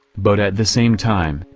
but at the same time,